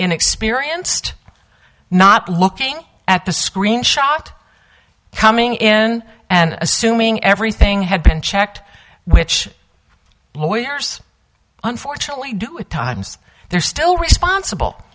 inexperienced not looking at the screen shot coming in and assuming everything had been checked which lawyers unfortunately do at times they're still responsible